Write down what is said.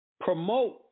Promote